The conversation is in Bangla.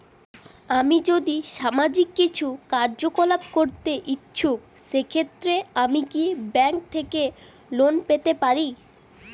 আমি যদি সামাজিক কিছু কার্যকলাপ করতে ইচ্ছুক সেক্ষেত্রে আমি কি ব্যাংক থেকে লোন পেতে পারি?